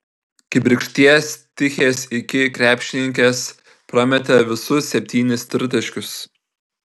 kibirkšties tichės iki krepšininkės prametė visus septynis tritaškius